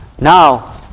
Now